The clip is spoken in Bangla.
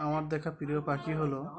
আমার দেখা প্রিয় পাখি হলো